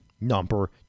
Number